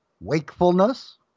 wakefulness